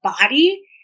body